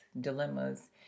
Dilemmas